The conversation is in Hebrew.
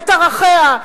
את ערכיה,